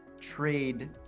trade